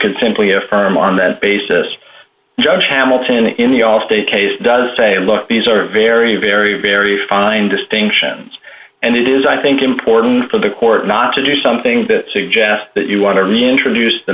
can simply affirm on that basis judge hamilton in the allstate case does say look these are very very very fine distinctions and it is i think important for the court not to do something that suggests that you want to reintroduce the